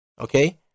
Okay